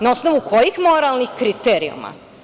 Na osnovu kojih moralnih kriterijuma?